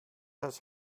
has